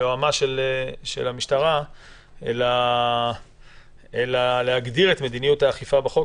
ליועמ"ש המשטרה שהיה כאן קודם אלא להגדיר את מדיניות האכיפה בחוק,